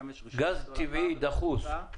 גז טבעי דחוס.